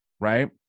Right